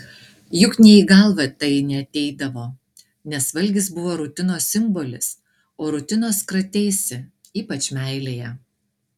juk nė į galvą tai neateidavo nes valgis buvo rutinos simbolis o rutinos krateisi ypač meilėje